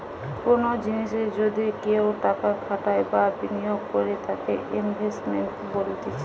কোনো জিনিসে যদি কেও টাকা খাটাই বা বিনিয়োগ করে তাকে ইনভেস্টমেন্ট বলতিছে